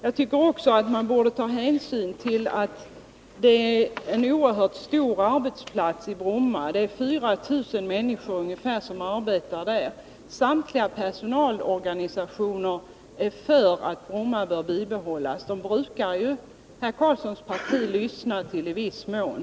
Jag tycker att man också borde ta hänsyn till att Bromma är en oerhört stor arbetsplats. Ungefär 4 000 människor arbetar där. Samtliga personalorganisationer är för att Bromma skall bibehållas, och dem brukar ju herr Karlssons parti lyssna till i viss mån.